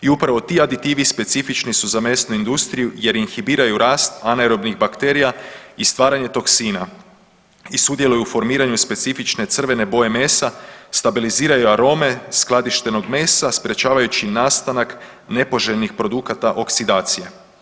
I upravo ti aditivi specifični su za mesnu industriju jer inhibiraju rast anaerobnih bakterija i stvaranje toksina i sudjeluju u formiranju specifične crvene boje mesa, stabiliziraju arome skladištenog mesa sprječavajući nastanak nepoželjnih produkata oksidacije.